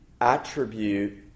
attribute